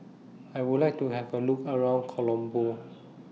I Would like to Have A Look around Colombo